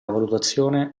valutazione